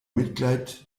mitglied